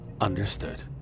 understood